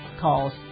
calls